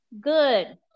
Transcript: good